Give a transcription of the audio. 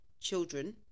children